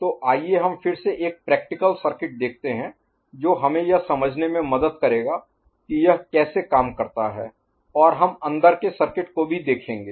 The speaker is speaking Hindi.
तो आइए हम फिर से एक प्रैक्टिकल Practical व्यावहारिक सर्किट देखते हैं जो हमें यह समझने में मदद करेगा कि यह कैसे काम करता है और हम अंदर के सर्किट को भी देखेंगे